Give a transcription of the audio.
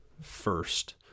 first